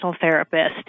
therapist